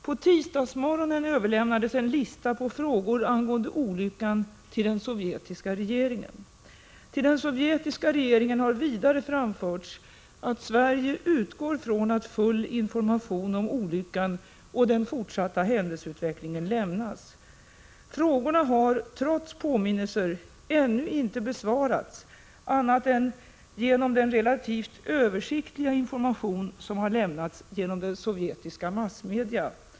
På tisdagsmorgonen överlämnades en lista på frågor angående olyckan till den sovjetiska regeringen. Till den sovjetiska regeringen har vidare framförts att Sverige utgår från att full information om olyckan och den fortsatta händelseutvecklingen lämnas. Frågorna har, trots påminnelser, ännu inte besvarats, annat än genom den relativt översiktliga information som har lämnats via sovjetiska massmedia.